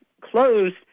closed